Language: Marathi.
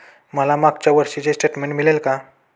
मला मागच्या वर्षीचे स्टेटमेंट मिळेल का?